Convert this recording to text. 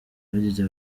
bagize